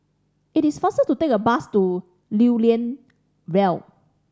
it is faster to take the bus to Lew Lian Vale